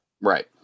right